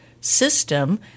system